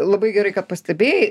labai gerai kad pastebėjai